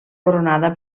coronada